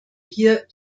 hier